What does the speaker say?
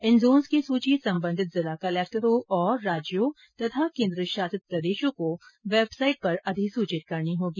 इन zones की सूची संबंधित जिला कलक्टरों और राज्यों और केन्द्र शासित प्रदेशों को वैबसाईट पर अधिसूचित करनी होगी